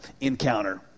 encounter